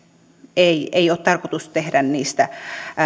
ei ei ole tarkoitus tehdä niistä